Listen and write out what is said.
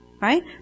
right